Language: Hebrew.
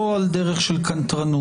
לא על דרך של קנטרנות,